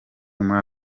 muri